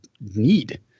need